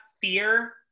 fear